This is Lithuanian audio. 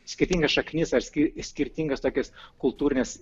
skirtingas šaknis ar ski skirtingas tokias kultūrines